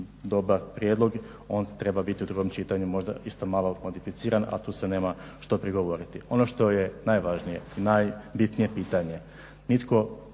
dobar prijedlog, on treba biti u drugom čitanju isto malo modificiran a tu se nema što prigovoriti. Ono što je najvažnije, najbitnije pitanje, nitko